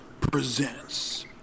presents